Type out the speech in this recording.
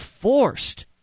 forced